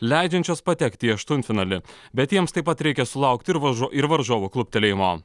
leidžiančios patekti į aštuntfinalį bet jiems taip pat reikia sulaukti ir varžu ir varžovų kluptelėjimo